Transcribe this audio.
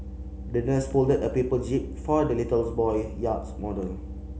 the nurse folded a paper jib for the little boy yacht model